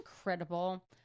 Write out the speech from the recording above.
incredible